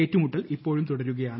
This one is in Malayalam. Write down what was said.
ഏറ്റുമൂട്ടർ ഇപ്പോഴും തുടരുകയാണ്